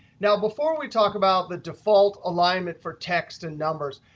now, before we talk about the default alignment for text and numbers,